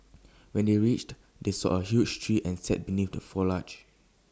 when they reached they saw A huge tree and sat beneath the foliage